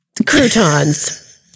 croutons